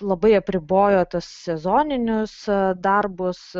labai apribojo tuos sezoninius darbus